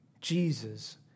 Jesus